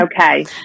Okay